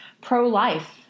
pro-life